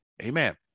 Amen